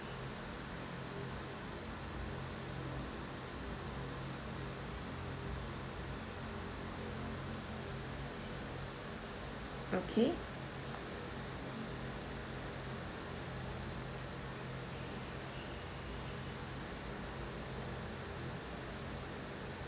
okay